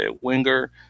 winger